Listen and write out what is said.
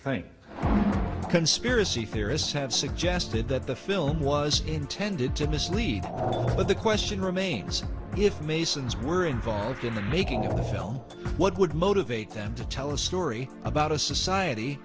thing conspiracy theorists have suggested that the film was intended to mislead but the question remains if masons were involved in the making of the film what would motivate them to tell a story about a society